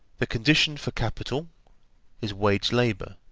the condition for capital is wage-labour.